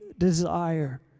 Desire